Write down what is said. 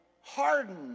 hardened